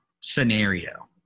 scenario